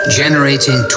generating